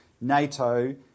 NATO